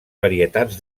varietats